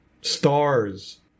Stars